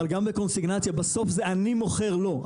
אבל גם בקונסיגנציה בסוף זה אני מוכר לו,